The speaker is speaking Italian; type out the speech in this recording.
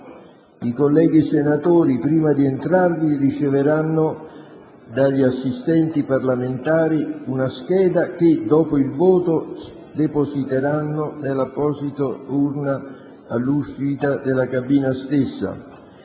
I colleghi senatori, prima di entrarvi, riceveranno dagli assistenti parlamentari una scheda che, dopo il voto, depositeranno nell'apposita urna all'uscita della cabina stessa.